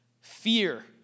Fear